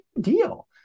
deal